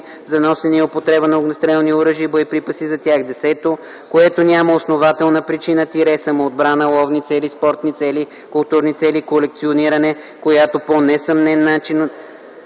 за носене и употреба на огнестрелни оръжия и боеприпаси за тях; 10. което няма основателна причина – самоотбрана, ловни цели, спортни цели, културни цели, колекциониране, която по несъмнен начин